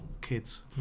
kids